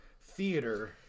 theater